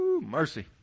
Mercy